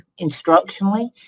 instructionally